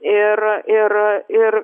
ir ir ir